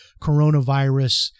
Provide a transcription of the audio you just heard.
coronavirus